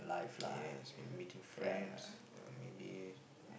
yes maybe meeting friends uh maybe mm